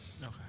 Okay